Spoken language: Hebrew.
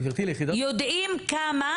יודעים כמה